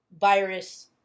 virus